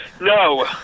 no